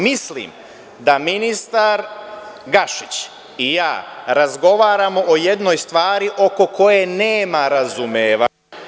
Mislim da ministar Gašić i ja razgovaramo o jednoj stvari oko koje nema razumevanja.